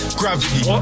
gravity